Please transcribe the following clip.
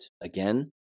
Again